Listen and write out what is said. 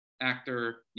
actor